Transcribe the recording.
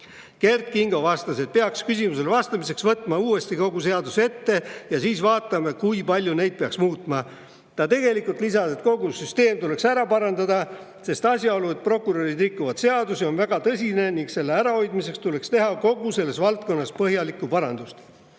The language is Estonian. Kert Kingo vastas, et peaks küsimusele vastamiseks võtma uuesti kogu seaduse ette ja siis vaatama, kui palju neid peaks muutma. Ta lisas, et tegelikult tuleks kogu see süsteem ära parandada, sest asjaolu, et prokurörid rikuvad seadusi, on väga tõsine ning selle ärahoidmiseks tuleks teha kogu selles valdkonnas põhjalikku parandust."